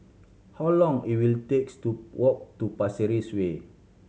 how long it will takes to walk to Pasir Ris Way